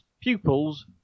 pupils